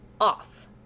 off